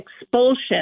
expulsion